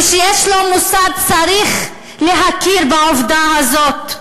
מי שיש לו מושג צריך להכיר בעובדה הזאת.